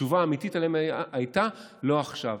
התשובה האמיתית עליהן הייתה: לא עכשיו.